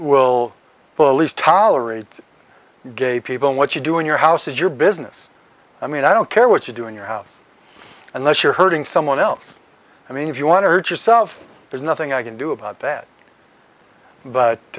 x will bullies tolerate gay people and what you do in your house is your business i mean i don't care what you do in your house unless you're hurting someone else i mean if you want to hurt yourself there's nothing i can do about that but